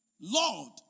Lord